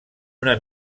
una